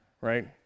right